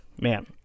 man